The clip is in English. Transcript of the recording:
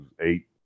eight